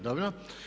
Dobro.